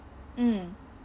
mm